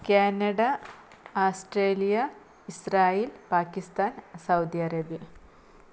Canada Australia Israel Pakistan Saudi Arabia